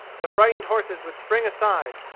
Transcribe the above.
the frightened horses would spring aside.